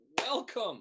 Welcome